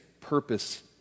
purpose